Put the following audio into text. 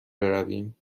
برویم